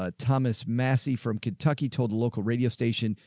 ah thomas massie from kentucky told a local radio station,